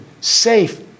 safe